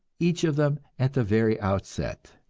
each of them at the very outset,